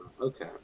Okay